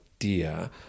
idea